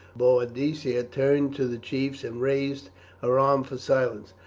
boadicea turned to the chiefs and raised her arm for silence.